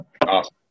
Awesome